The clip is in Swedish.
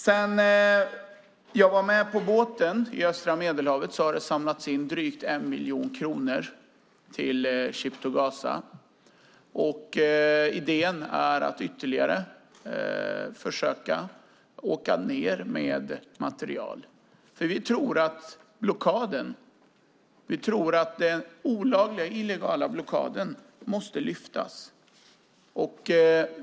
Sedan jag var med på båten i östra Medelhavet har det samlats in drygt 1 miljon kronor till Ship to Gaza. Idén är att försöka åka ned med ytterligare material. Vi tror att den illegala blockaden måste lyftas.